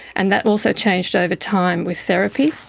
and that also changed over time with therapy,